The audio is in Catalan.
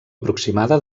aproximada